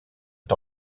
est